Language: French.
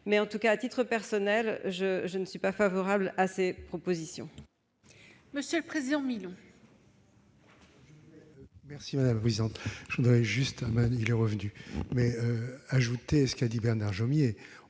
l'a indiqué ; à titre personnel, je ne suis pas favorable à ces propositions.